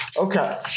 Okay